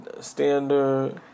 standard